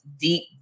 deep